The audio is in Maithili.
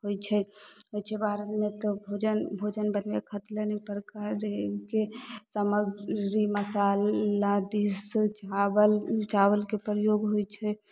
होइ छै होइ छै बाहरमे तऽ भोजन भोजन बनबै खातिर अनेक प्रकारके सामग्री मसाला चावल चावलके प्रयोग होइ छै